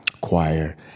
choir